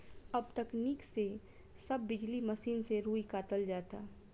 अब तकनीक से सब बिजली मसीन से रुई कातल जाता